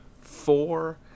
four